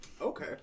Okay